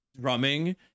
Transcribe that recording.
drumming